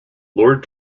lord